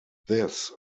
this